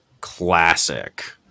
classic